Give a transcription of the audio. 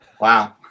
Wow